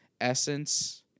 essence